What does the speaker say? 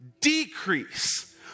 decrease